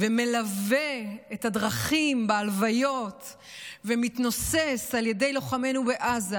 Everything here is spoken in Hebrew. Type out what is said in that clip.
מלווה את הדרכים בהלוויות ומתנוסס על ידי לוחמינו בעזה